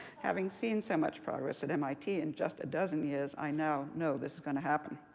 having seen so much progress at mit in just a dozen years, i now know this is going to happen,